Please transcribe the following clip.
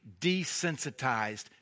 desensitized